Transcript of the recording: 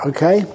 Okay